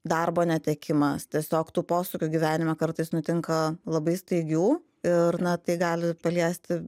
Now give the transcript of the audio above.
darbo netekimas tiesiog tų posūkių gyvenime kartais nutinka labai staigių ir na tai gali paliesti